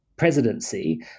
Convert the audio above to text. presidency